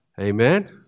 Amen